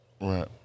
Right